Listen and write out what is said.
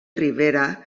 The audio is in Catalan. rivera